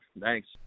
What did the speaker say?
Thanks